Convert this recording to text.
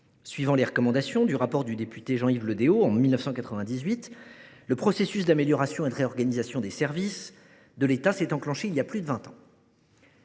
Suivant les recommandations du rapport du député Jean Yves Le Déaut, en 1998, le processus d’amélioration et de réorganisation des services de l’État s’est enclenché voilà plus de vingt ans.